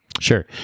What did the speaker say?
Sure